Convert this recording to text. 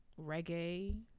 Reggae